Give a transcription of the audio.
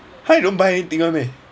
!huh! you don't buy anything [one] meh